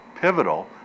pivotal